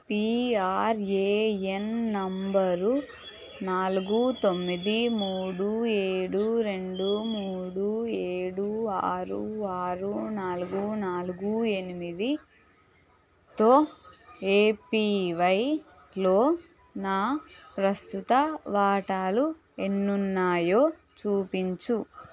PRAN number నాలుగు తొమ్మిది మూడు ఏడు రెండు మూడు ఏడు ఆరు ఆరు నాలుగు నాలుగు ఎనిమిది తో ఏపివైలో నా ప్రస్తుత వాటాలు ఎన్నున్నాయో చూపించు